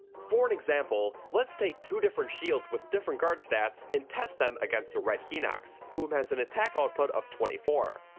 for an example, let's take two different shields with different guard stats, and test them against a red hinox whom has an attack output of twenty four.